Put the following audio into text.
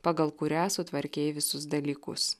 pagal kurią sutvarkei visus dalykus